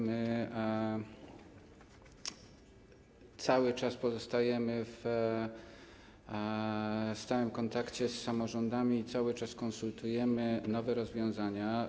My cały czas pozostajemy w stałym kontakcie z samorządami i cały czas konsultujemy nowe rozwiązania.